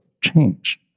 change